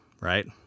right